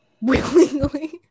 Willingly